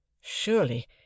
surely